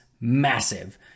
massive